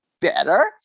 better